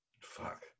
Fuck